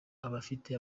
abafite